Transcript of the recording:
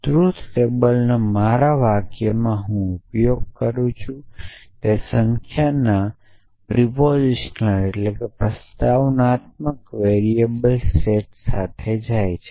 ટ્રૂથટેબલનો મારા વાક્યમાં ઉપયોગ કરું છું તે સંખ્યાના પ્રસ્તાવનાત્મક વેરીએબલ્સ સેટની સાથે જાય છે